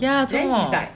ya 做什么